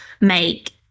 make